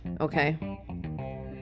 okay